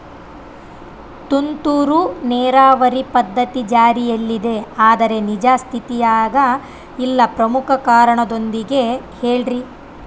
ತುಂತುರು ನೇರಾವರಿ ಪದ್ಧತಿ ಜಾರಿಯಲ್ಲಿದೆ ಆದರೆ ನಿಜ ಸ್ಥಿತಿಯಾಗ ಇಲ್ಲ ಪ್ರಮುಖ ಕಾರಣದೊಂದಿಗೆ ಹೇಳ್ರಿ?